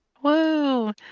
Whoa